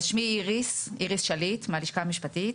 בוקר טוב, שמי איריס שליט מהלשכה המשפטית,